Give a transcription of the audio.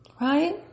Right